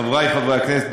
חברי חברי הכנסת,